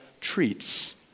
treats